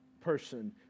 person